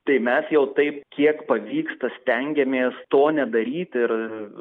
tai mes jau taip kiek pavyksta stengiamės to nedaryt ir